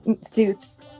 suits